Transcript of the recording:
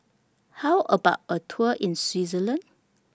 How about A Tour in Switzerland